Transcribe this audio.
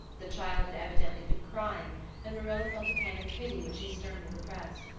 the child had evidently been crying and marilla felt a pang of pity which she sternly repressed.